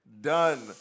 Done